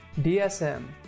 DSM